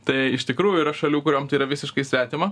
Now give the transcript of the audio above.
tai iš tikrųjų yra šalių kuriom tai yra visiškai svetima